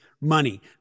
money